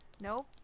Nope